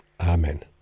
Amen